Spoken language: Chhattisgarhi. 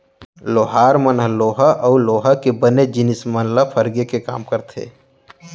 लोहार मन ह लोहा अउ लोहा ले बने जिनिस मन ल फरगे के काम करथे